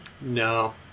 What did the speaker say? No